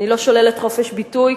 אני לא שוללת חופש ביטוי.